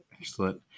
Excellent